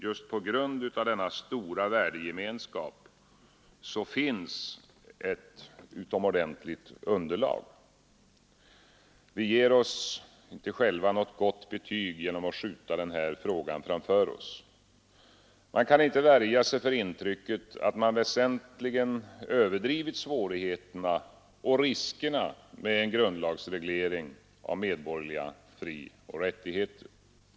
Just i denna stora värdegemenskap finns ett utomordentligt underlag. Vi ger oss inte själva något gott betyg genom att skjuta den här frågan framför oss. Man kan inte värja sig för intrycket att svårigheterna och riskerna med en grundlagsreglering av medborgerliga frioch rättigheter väsentligt överdrivits.